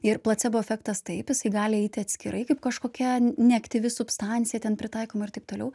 ir placebo efektas taip jisai gali eiti atskirai kaip kažkokia neaktyvi substancija ten pritaikoma ir taip toliau